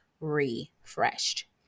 refreshed